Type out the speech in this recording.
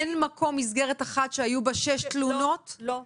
אין מסגרת אחת שהיו בה שש תלונות על אלימות?